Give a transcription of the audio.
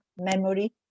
memory